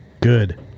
Good